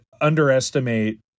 underestimate